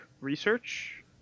Research